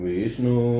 Vishnu